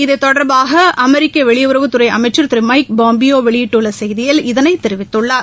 இது தொடர்பாக அமெரிக்க வெளியுறவுத்துறை அமைச்சர் திரு மைக் பாம்பியோ வெளியிட்டுள்ள செய்தியில் இதனைத் தெரிவித்துள்ளார்